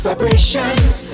Vibrations